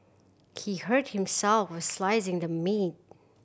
he hurt himself while slicing the meat